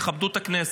תכבדו את הכנסת,